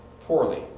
poorly